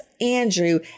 Andrew